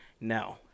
No